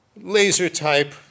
laser-type